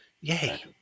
yay